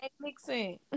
mixing